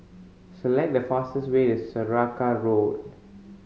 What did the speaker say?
select the fastest way to Saraca Road